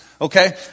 Okay